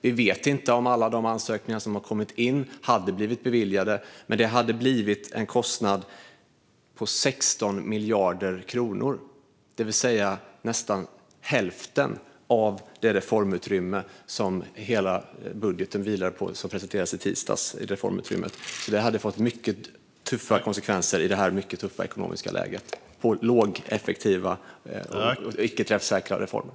Vi vet inte om alla de ansökningar som har kommit in hade blivit beviljade. Men det hade blivit en kostnad på 16 miljarder kronor, det vill säga nästan hälften av reformutrymmet i budgeten som presenterades i tisdags. Vi skulle alltså ha fått mycket tuffare konsekvenser i detta mycket tuffa ekonomiska läge på lågeffektiva och icke träffsäkra reformer.